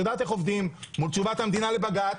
עובדים מול תשובת המדינה לבג"ץ.